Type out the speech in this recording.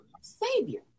savior